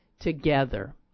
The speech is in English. together